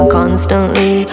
constantly